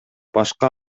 башка